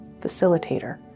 facilitator